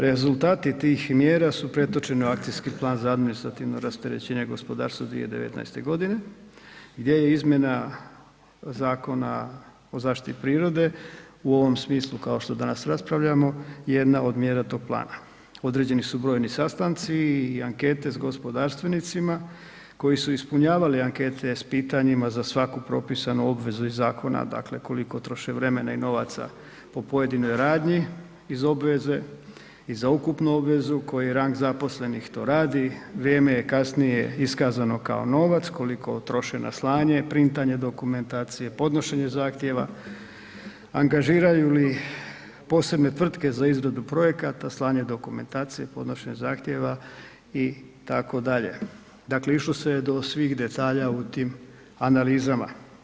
Rezultati tih mjera su pretočeni u akcijski plan za administrativno rasterećenje gospodarstva 2019.g. gdje je izmjena Zakona o zaštiti prirode u ovom smislu kao što danas raspravljamo, jedna od mjera tog plana, određeni su brojni sastanci i ankete s gospodarstvenicima koji su ispunjavali ankete s pitanjima za svaku propisanu obvezu iz zakona, dakle koliko troše vremena i novaca po pojedinoj radnji iz obveze i za ukupnu obvezu koji rang zaposlenih to radi, vrijeme je kasnije iskazano kao novac koliko troše na slanje, printanje dokumentacije, podnošenje zahtjeva, angažiraju li posebne tvrtke za izradu projekata, slanje dokumentacije i podnošenje zahtjeva itd., dakle išlo se je do svih detalja u tim analizama.